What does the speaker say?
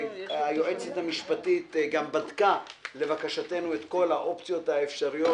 והיועצת המשפטית גם בדקה לבקשתנו את כל האופציות האפשריות.